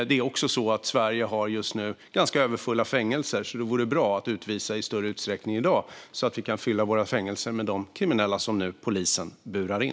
Det är också så att Sverige just nu har ganska överfulla fängelser, så det vore bra att utvisa i större utsträckning än i dag så att vi kan fylla våra fängelser med de kriminella som polisen nu burar in.